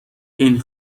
این